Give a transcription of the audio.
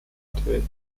tätig